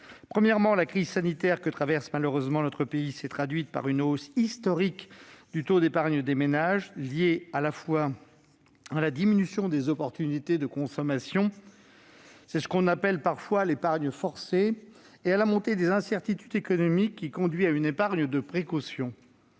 premier est que la crise sanitaire que traverse malheureusement notre pays s'est traduite par une hausse historique du taux d'épargne des ménages, liée à la fois à la diminution des possibilités de consommation- c'est ce qu'on appelle parfois l'épargne forcée -et à la montée des incertitudes économiques qui conduit à une épargne de précaution.